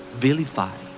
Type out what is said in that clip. vilify